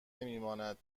نمیماند